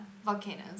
Volcanoes